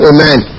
Amen